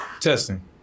Testing